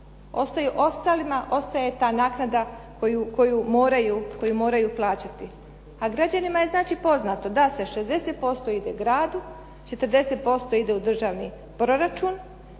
Ostalima ostaje ta naknada koju moraju plaćati. A građanima je znači poznato da se 60% ide gradu, 40% ide u državni proračun.